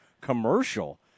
commercial